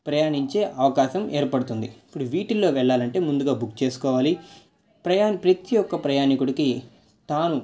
ప్రయాణించే అవకాశం ఏర్పడుతుంది ఇప్పుడు వీటిల్లో వెళ్ళాలంటే ముందుగా బుక్ చేసుకోవాలి ప్రయాణికులు ప్రతి ఒక్క ప్రయాణికుడికి తాను